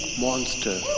monster